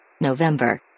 November